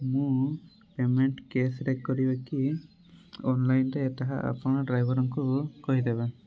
ମୁଁ ପ୍ୟାମେଣ୍ଟ୍ କ୍ୟାଶ୍ରେ କରିବେ କି ଅନଲାଇନ୍ରେ ତାହା ଆପଣ ଡ୍ରାଇଭର୍କୁ କହିଦେବେ